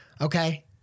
Okay